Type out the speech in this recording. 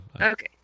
Okay